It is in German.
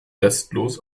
restlos